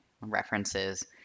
references